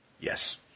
Yes